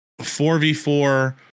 4v4